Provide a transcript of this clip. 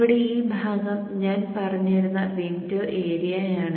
ഇവിടെ ഈ ഭാഗം ഞാൻ പറഞ്ഞിരുന്ന വിൻഡോ ഏരിയയാണ്